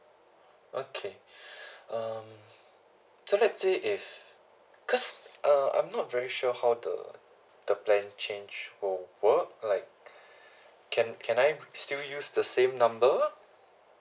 okay um so let's say if cause uh I'm not very sure how the the plan change will work like can can I still use the same number